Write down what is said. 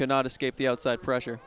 cannot escape the outside pressure